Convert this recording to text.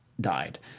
died